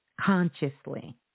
consciously